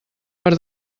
per